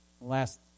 last